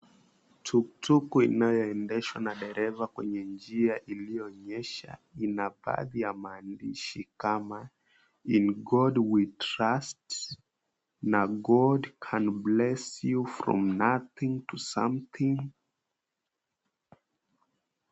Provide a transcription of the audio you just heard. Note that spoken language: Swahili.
Tuk tuku inayoendeshwa na dereva kwenye njia iliyonyesha ina baadhi ya maandishi kama In God we trust na God can bless you from nothing to something .